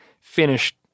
finished